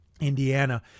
Indiana